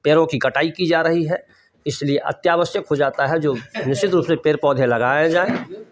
पेड़ों की कटाई की जा रही है इसलिए अत्यावश्यक हो जाता है जो निश्चित रूप से पेड़ पौधे लगाए जाएँ